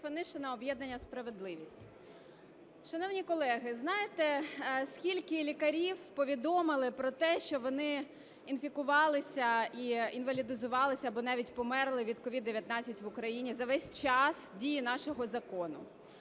Шановні колеги, знаєте, скільки лікарів повідомили про те, що вони інфікувалися і інвалідизувалися або навіть померли від COVID-19 в Україні за весь час дії нашого закону?